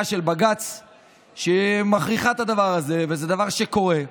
שכחו להגיד שכבר כמה שנים לא ממנים מועצה דתית